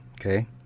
Okay